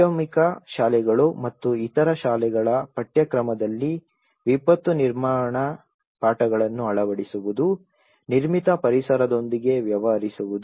ಮಾಧ್ಯಮಿಕ ಶಾಲೆಗಳು ಮತ್ತು ಇತರ ಶಾಲೆಗಳ ಪಠ್ಯಕ್ರಮದಲ್ಲಿ ವಿಪತ್ತು ನಿರ್ವಹಣಾ ಪಾಠಗಳನ್ನು ಅಳವಡಿಸುವುದು ನಿರ್ಮಿತ ಪರಿಸರದೊಂದಿಗೆ ವ್ಯವಹರಿಸುವುದು